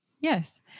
Yes